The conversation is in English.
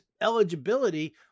eligibility